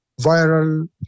viral